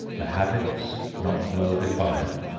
the habits not well defined,